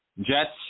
Jets